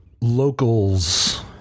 Locals